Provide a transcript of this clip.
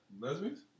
Lesbians